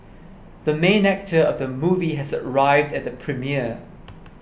the main actor of the movie has arrived at the premiere